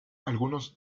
algunos